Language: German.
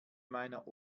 meiner